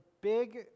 big